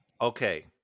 Okay